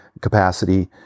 capacity